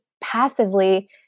passively